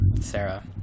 Sarah